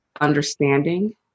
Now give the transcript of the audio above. understanding